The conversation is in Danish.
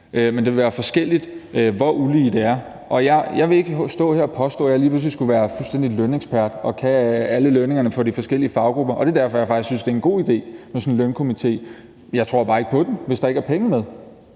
tjenestemandsreformen. Jeg vil ikke stå her og påstå, at jeg lige pludselig skulle være fuldstændig lønekspert, og at jeg kan alle lønningerne for de forskellige faggrupper. Det er derfor, jeg faktisk synes, det er en god idé med sådan en lønstrukturkomité. Jeg tror bare ikke på den, hvis der ikke er penge med.